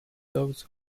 those